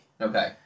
Okay